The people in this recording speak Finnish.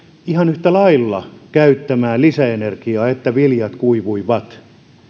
ihan yhtä lailla käyttämään lisäenergiaa että viljat kuivuivat